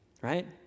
right